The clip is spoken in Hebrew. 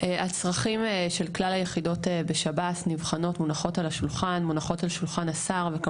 הצרכים של כלל היחידות בשב"ס מונחות על שולחן השר ונבחנות,